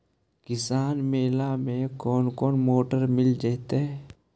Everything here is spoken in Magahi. किसान मेला में कोन कोन मोटर मिल जैतै?